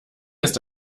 ist